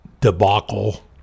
debacle